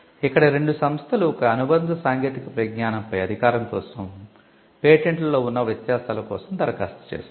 ఇక్కడ రెండు సంస్థలు ఒక అనుబంధ సాంకేతిక పరిజ్ఞానంపై అధికారం కోసం పేటెంట్లలో ఉన్న వ్యత్యాసాల కోసం దరఖాస్తు చేసాయి